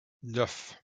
neuf